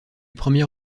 premier